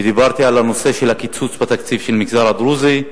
ודיברתי על הקיצוץ בתקציב של המגזר הדרוזי,